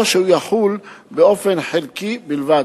או שהוא יחול באופן חלקי בלבד.